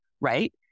right